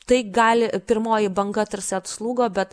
tai gali pirmoji banga tarsi atslūgo bet